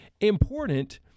important